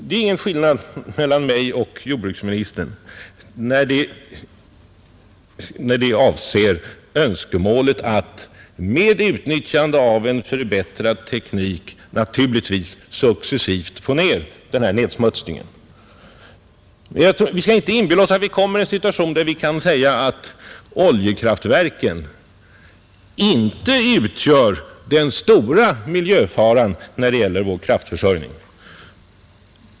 Det är ingen skillnad mellan mig och jordbruksministern i fråga om önskemålet att med utnyttjande av en förbättrad teknik successivt minska denna nedsmutsning. Men vi skall inte inbilla oss att vi skulle vara på väg till en situation där vi kan säga att oljekraftverken inte utgör den stora miljöfaran när det gäller vår kraftförsörjning.